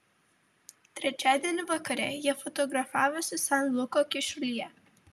trečiadienį vakare jie fotografavosi san luko kyšulyje